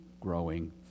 growing